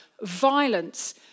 violence